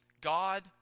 God